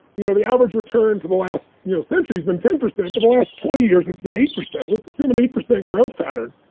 you know the average return for the last you know century has been ten percent, but for the last twenty years, it's been eight percent. let's assume an eight percent growth pattern.